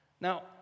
Now